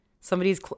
somebody's